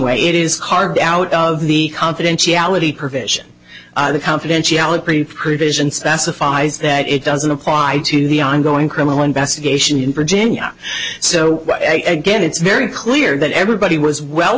way it is carved out of the confidentiality provision the confidentiality provision specifies that it doesn't apply to the ongoing criminal investigation in virginia so again it's very clear that everybody was well